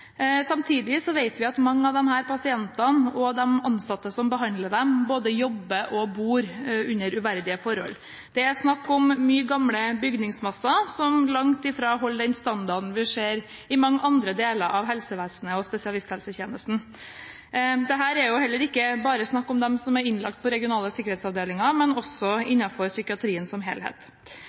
Samtidig vet vi at mange av disse pasientene og de ansatte som behandler dem, både jobber og bor under uverdige forhold. Det er snakk om mye gammel bygningsmasse, som langt fra holder den standarden vi ser i mange andre deler av helsevesenet og spesialisthelsetjenesten. Det er jo heller ikke bare snakk om dem som er innlagt ved regionale sikkerhetsavdelinger, men også innenfor psykiatrien som helhet.